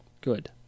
Good